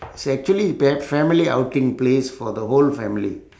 it's actually pa~ family outing place for the whole family